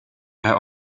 herr